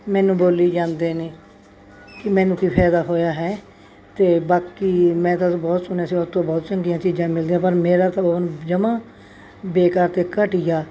ਮੈਨੂੰ ਬੋਲੀ ਜਾਂਦੇ ਨੇ ਮੈਨੂੰ ਕੀ ਫ਼ਾਇਦਾ ਹੋਇਆ ਹੈ ਅਤੇ ਬਾਕੀ ਮੈਂ ਤਾਂ ਬਹੁਤ ਸੁਣਿਆ ਸੀ ਉੱਥੋਂ ਬਹੁਤ ਚੰਗੀਆਂ ਚੀਜ਼ਾਂ ਮਿਲਦੀਆਂ ਪਰ ਮੇਰਾ ਤਾਂ ਓਵਨ ਜਮਾਂ ਬੇਕਾਰ ਅਤੇ ਘਟੀਆ